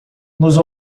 nos